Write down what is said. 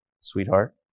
sweetheart